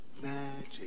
magic